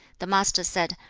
the master said,